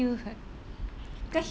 she's like one lost child sia